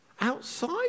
Outside